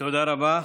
תודה רבה.